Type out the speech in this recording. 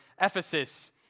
Ephesus